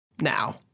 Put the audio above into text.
now